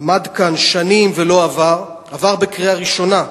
שעמד כאן שנים ולא עבר, עבר בקריאה ראשונה,